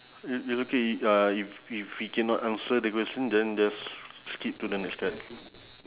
it~ it's okay i~ uh if if we cannot answer the question then just skip to the next card